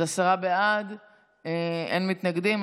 אז עשרה בעד, אין מתנגדים.